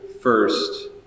first